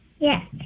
Yes